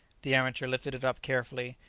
the amateur lifted it up carefully,